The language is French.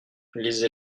lisez